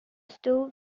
still